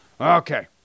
Okay